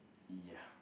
ya